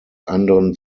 anderen